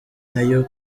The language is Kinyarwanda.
nayo